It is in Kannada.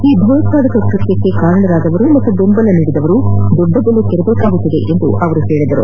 ಈ ಭಯೋತ್ವಾದಕ ಕೃತ್ಯಕ್ಕೆ ಕಾರಣರಾದವರು ಮತ್ತು ಬೆಂಬಲ ನೀಡಿದವರು ದೊಡ್ಡ ಬೆಲೆ ತೆರಬೇಕಾಗುತ್ತದೆ ಎಂದರು